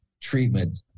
treatment